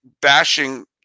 bashing